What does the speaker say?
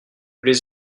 les